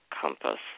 compass